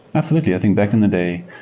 absolutely. i think back in the day,